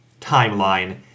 timeline